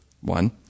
one